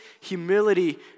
humility